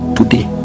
today